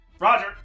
Roger